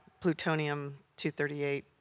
plutonium-238